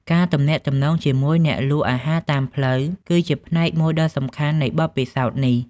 ការទំនាក់ទំនងជាមួយអ្នកលក់អាហារតាមផ្លូវ គឺជាផ្នែកមួយដ៏សំខាន់នៃបទពិសោធន៍នេះ។